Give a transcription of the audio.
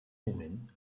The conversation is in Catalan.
moment